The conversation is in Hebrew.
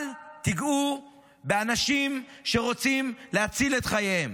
אל תיגעו באנשים שרוצים להציל את חייהם.